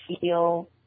feel